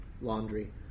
laundry